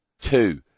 Two